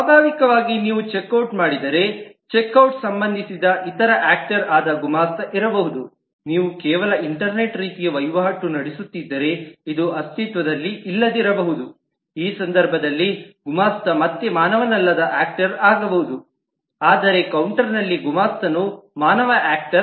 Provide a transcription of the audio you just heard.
ಸ್ವಾಭಾವಿಕವಾಗಿ ನೀವು check out ಮಾಡಿದರೆ ಚೆಕ್ ಔಟ್ ಸಂಬಂಧಿಸಿದ ಇತರ ಆಕ್ಟರ್ ನ ಆದ ಗುಮಾಸ್ತ ಇರಬಹುದು ನೀವು ಕೇವಲ ಇಂಟರ್ನೆಟ್ ರೀತಿಯ ವಹಿವಾಟು ನಡೆಸುತ್ತಿದ್ದರೆ ಇದು ಅಸ್ತಿತ್ವದಲ್ಲಿಲ್ಲದಿರಬಹುದು ಈ ಸಂದರ್ಭದಲ್ಲಿ ಗುಮಾಸ್ತ ಮತ್ತೆ ಮಾನವನಲ್ಲದ ಆಕ್ಟರ್ ಆಗಬಹುದು ಆದರೆ ಕೌಂಟರ್ನಲ್ಲಿ ಗುಮಾಸ್ತನು ಮಾನವ ಆಕ್ಟರ್